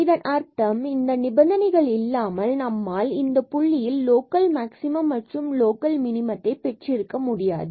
இதன் அர்த்தம் இந்த நிபந்தனைகள் இல்லாமல் நம்மால் இந்த புள்ளியில் லோக்கல் மேக்சிமம் மற்றும் லோக்கல் மினிமத்தை பெற்றிருக்க முடியாது